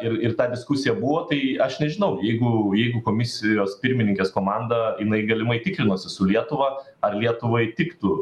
ir ir ta diskusija buvo tai aš nežinau jeigu jeigu komisijos pirmininkės komandą jinai galimai tikrinosi su lietuva ar lietuvai tiktų